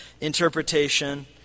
interpretation